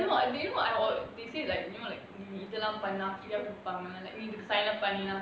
no eh you know what they say like you know like இதெல்லாம் பண்ணா:ithellaam panna sign up பண்ணா:panna